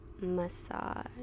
massage